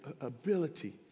ability